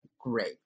great